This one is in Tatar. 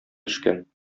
төшкән